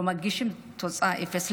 לא מגישים, התוצאה, אפס.